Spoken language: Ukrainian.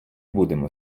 будемо